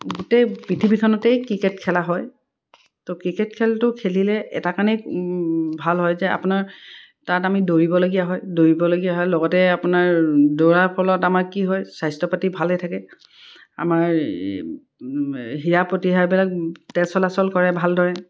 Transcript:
গোটেই পৃথিৱীখনতেই ক্ৰিকেট খেলা হয় তো ক্ৰিকেট খেলটো খেলিলে এটা কাৰণেই ভাল হয় যে আপোনাৰ তাত আমি দৌৰিবলগীয়া হয় দৌৰিবলগীয়া হয় লগতে আপোনাৰ দৌৰাৰ ফলত আমাৰ কি হয় স্বাস্থ্য পাতি ভালেই থাকে আমাৰ সিৰা প্ৰতিসিৰাবিলাক চলাচল কৰে ভালদৰে